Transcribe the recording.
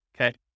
okay